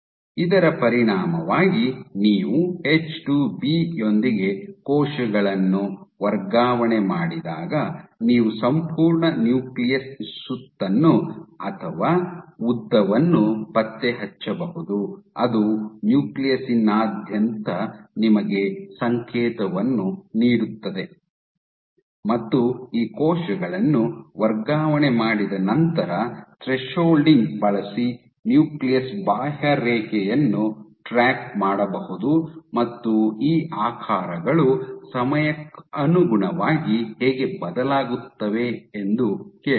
ಇದರ ಪರಿಣಾಮವಾಗಿ ನೀವು ಎಚ್2ಬಿ ಯೊಂದಿಗೆ ಕೋಶಗಳನ್ನು ವರ್ಗಾವಣೆ ಮಾಡಿದಾಗ ನೀವು ಸಂಪೂರ್ಣ ನ್ಯೂಕ್ಲಿಯಸ್ ಸುತ್ತನ್ನು ಅಥವಾ ಉದ್ದವನ್ನು ಪತ್ತೆ ಹಚ್ಚಬಹುದು ಅದು ನ್ಯೂಕ್ಲಿಯಸ್ನಾದ್ಯಂತ ನಿಮಗೆ ಸಂಕೇತವನ್ನು ನೀಡುತ್ತದೆ ಮತ್ತು ಈ ಕೋಶಗಳನ್ನು ವರ್ಗಾವಣೆ ಮಾಡಿದ ನಂತರ ಥ್ರೆಶ್ಹೋಲ್ಡಿಂಗ್ ಬಳಸಿ ನ್ಯೂಕ್ಲಿಯಸ್ ನ ಬಾಹ್ಯರೇಖೆಯನ್ನು ಟ್ರ್ಯಾಕ್ ಮಾಡಬಹುದು ಮತ್ತು ಈ ಆಕಾರಗಳು ಸಮಯಕ್ಕನುಗುಣವಾಗಿ ಹೇಗೆ ಬದಲಾಗುತ್ತವೆ ಎಂದು ಕೇಳಿದರು